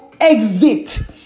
exit